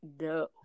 No